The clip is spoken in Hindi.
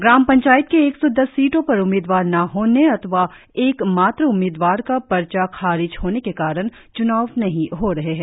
ग्राम पंचायत की एक सौ दस सीटों पर उम्मीदवार न होने अथवा एकमात्र उम्मीदवार का परचा खारिज होने के कारण च्नाव नही हो रहे है